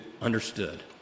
understood